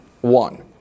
one